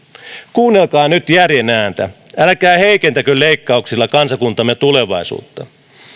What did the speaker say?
kuunnelkaa nyt järjen ääntä älkääkä heikentäkö leikkauksilla kansakuntamme tulevaisuutta